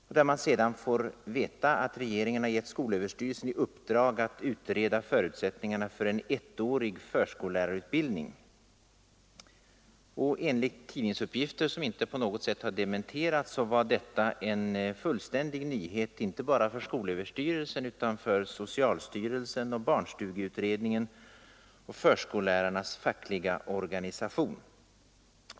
Sedan fick man veta att regeringen gett skolöverstyrelsen i uppdrag att utreda förutsättningarna för en ettårig förskollärarutbildning, och enligt tidningsuppgifter, som inte på något sätt har dementerats, var det en fullständig nyhet inte bara för skolöverstyrelsen utan också för socialstyrelsen, barnstugeutredningen och förskollärarnas fackliga organisation.